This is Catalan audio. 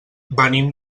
venim